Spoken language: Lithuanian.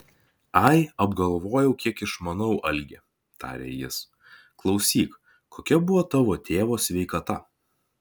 ai apgalvojau kiek išmanau algi tarė jis klausyk kokia buvo tavo tėvo sveikata